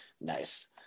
nice